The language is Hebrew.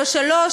לא שלוש,